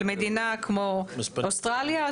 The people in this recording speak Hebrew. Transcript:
על מדינה כמו אוסטרליה,